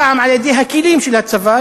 פעם על-ידי הפקידים של הצבא,